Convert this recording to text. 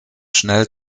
schnell